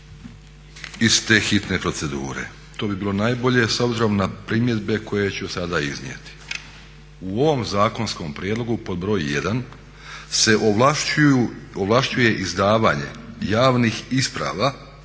iz te hitne procedure. To bi bilo najbolje s obzirom na primjedbe koje ću sada iznijeti. U ovom zakonskom prijedlogu pod broj 1. se ovlašćuje izdavanje javnih isprava